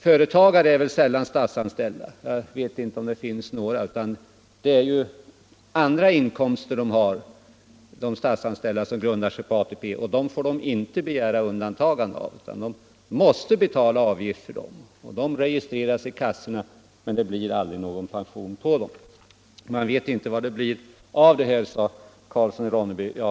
Företagare är väl sällan statsanställda — jag vet inte om det finns några exempel på det. Nej, det är andra inkomster som kan vara ATP-grundande för en statstjänsteman, och i fråga om dessa är det inte möjligt att begära undantag, utan avgift måste betalas, vilket registreras av försäkringskassan, men någon pension blir det aldrig. Man vet inte vad det blir av det här, sade herr Karlsson i Ronneby.